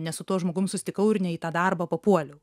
ne su tuo žmogum susitikau ir ne į tą darbą papuoliau